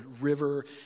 river